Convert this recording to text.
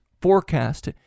forecast